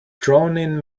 drowning